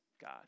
God